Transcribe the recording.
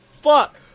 Fuck